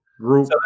Group